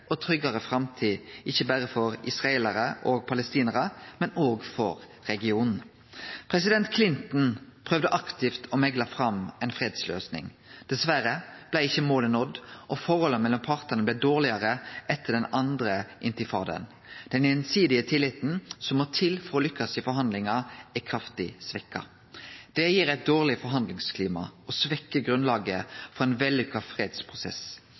ei tryggare framtid, ikkje berre for israelarar og palestinarar, men for heile regionen. President Clinton prøvde aktivt å mekle fram ei fredsløysing. Dessverre blei ikkje målet nådd, og forholdet mellom partane blei dårlegare etter den andre intifadaen. Den gjensidige tilliten som må til for å lykkast i forhandlingar, er kraftig svekt. Det gir eit dårleg forhandlingsklima og svekkjer grunnlaget for ein vellykka fredsprosess.